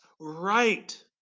right